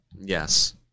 Yes